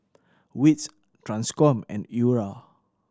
wits Transcom and URA